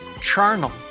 charnel